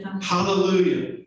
Hallelujah